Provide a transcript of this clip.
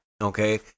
Okay